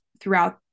throughout